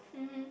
mmhmm